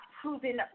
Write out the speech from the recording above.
proven